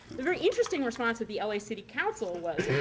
the very interesting response of the la city council was